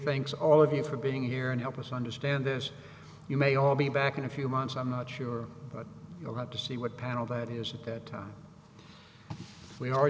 thanks all of you for being here and help us understand this you may all be back in a few months i'm not sure but you'll have to see what panel that is at that time we are